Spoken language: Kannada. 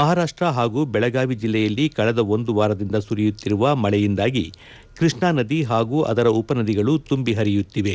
ಮಹಾರಾಷ್ಟ್ರ ಹಾಗೂ ಬೆಳಗಾವಿ ಜಿಲ್ಲೆಯಲ್ಲಿ ಕಳೆದ ಒಂದು ವಾರದಿಂದ ಸುರಿಯುತ್ತಿರುವ ಮಳೆಯಿಂದಾಗಿ ಕೃಷ್ಣಾ ನದಿ ಹಾಗೂ ಅದರ ಉಪನದಿಗಳು ತುಂಬಿ ಹರಿಯುತ್ತಿವೆ